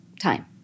time